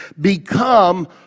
become